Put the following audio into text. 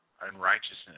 unrighteousness